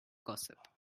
gossip